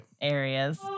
areas